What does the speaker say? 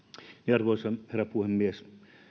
arvoisa herra puhemies